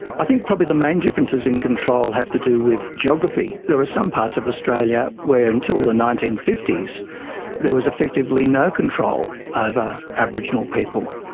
i think probably the main differences in control have to do with geography. there are some parts of australia where until the nineteen fifty s there was effectively no control over ah aboriginal people,